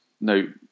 no